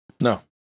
No